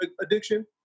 addiction